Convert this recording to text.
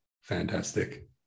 Fantastic